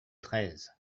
treize